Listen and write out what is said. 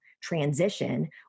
transition